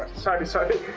sorry. sorry.